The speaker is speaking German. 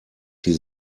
sie